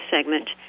segment